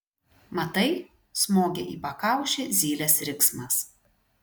matai smogė į pakaušį zylės riksmas